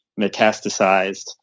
metastasized